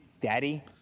daddy